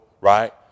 right